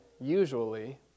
usually